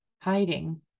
hiding